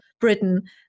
britain